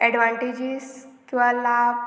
advantages किंवा लाभ